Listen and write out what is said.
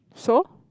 so